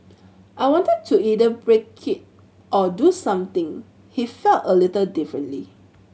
I wanted to either break it or do something he felt a little differently